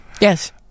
yes